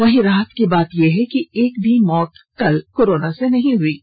वहीं राहत की बात यह है कि एक भी मौत करोना से नहीं हुई है